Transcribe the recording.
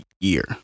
year